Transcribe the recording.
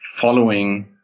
following